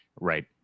Right